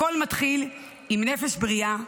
הכול מתחיל עם נפש בריאה,